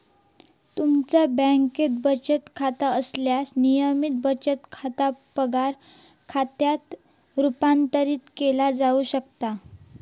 तुमचा बँकेत बचत खाता असल्यास, नियमित बचत खाता पगार खात्यात रूपांतरित केला जाऊ शकता